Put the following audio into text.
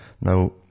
Now